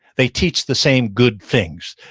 they teach the same good things.